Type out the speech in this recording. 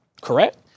correct